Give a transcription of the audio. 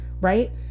right